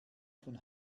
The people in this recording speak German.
von